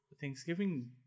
Thanksgiving